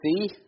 see